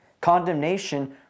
Condemnation